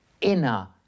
inner